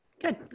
Good